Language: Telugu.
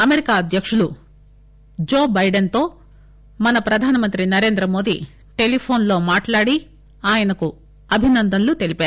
అమెరికా అధ్యక్తులు జో బైడెస్ తో మన ప్రధానమంత్రి నరేంద్ర మోదీ టెలిఫోస్ లో మాట్లాడి ఆయనకు అభినందనలు తెలిపారు